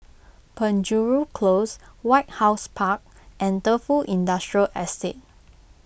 Penjuru Close White House Park and Defu Industrial Estate